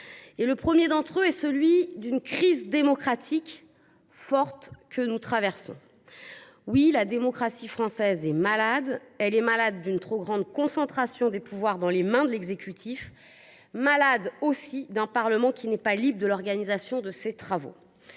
est le suivant : nous traversons une crise démocratique forte. Oui, la démocratie française est malade : elle est malade d’une trop grande concentration des pouvoirs dans les mains de l’exécutif, malade aussi d’un Parlement qui n’est pas libre de l’organisation de ses travaux.